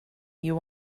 you